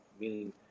meaning